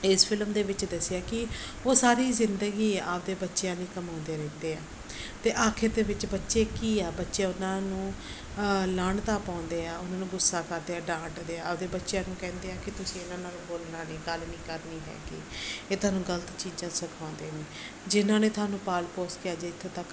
ਇਸ ਫਿਲਮ ਦੇ ਵਿੱਚ ਦੱਸਿਆ ਕਿ ਉਹ ਸਾਰੀ ਜ਼ਿੰਦਗੀ ਆਪਦੇ ਬੱਚਿਆਂ ਲਈ ਕਮਾਉਂਦੇ ਰਹਿੰਦੇ ਆ ਅਤੇ ਆਖਰ ਦੇ ਵਿੱਚ ਬੱਚੇ ਕੀ ਆ ਬੱਚੇ ਉਹਨਾਂ ਨੂੰ ਲਾਹਣਤਾਂ ਪਾਉਂਦੇ ਆ ਉਹਨਾਂ ਨੂੰ ਗੁੱਸਾ ਕਰਦੇ ਆ ਡਾਂਟਦੇ ਆ ਆਪਦੇ ਬੱਚਿਆ ਨੂੰ ਕਹਿੰਦੇ ਆ ਕਿ ਤੁਸੀਂ ਇਹਨਾਂ ਨਾਲ ਬੋਲਣਾ ਨਹੀਂ ਗੱਲ ਨਹੀਂ ਕਰਨੀ ਹੈਗੀ ਇਹ ਤੁਹਾਨੂੰ ਗਲਤ ਚੀਜ਼ਾਂ ਸਿਖਾਉਂਦੇ ਨੇ ਜਿਹਨਾਂ ਨੇ ਤੁਹਾਨੂੰ ਪਾਲ ਪੋਸ ਕੇ ਅੱਜ ਇੱਥੋਂ ਤੱਕ ਕਰਤਾ